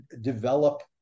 develop